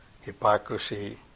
hypocrisy